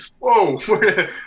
whoa